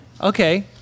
Okay